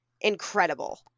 incredible